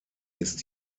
ist